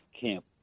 Camp